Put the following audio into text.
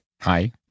Hi